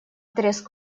треск